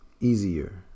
easier